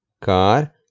car